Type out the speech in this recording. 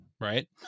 right